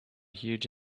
huge